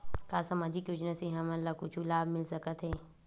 का सामाजिक योजना से हमन ला कुछु लाभ मिल सकत हे?